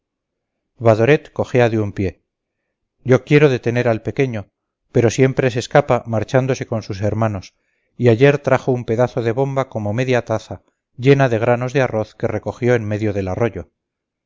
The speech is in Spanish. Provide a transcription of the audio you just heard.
badoret cojea de un pie yo quiero detener al pequeño pero siempre se escapa marchándose con sus hermanos y ayer trajo un pedazo de bomba como media taza llena de granos de arroz que recogió en medio del arroyo